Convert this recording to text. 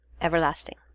everlasting